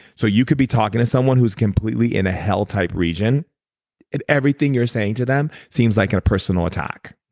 so you could be talking to someone who's completely in a hell type region and everything you're saying to them seems like in a personal attack.